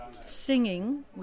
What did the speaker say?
singing